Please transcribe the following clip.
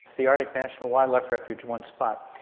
the arctic national wildlife refuge, one spot.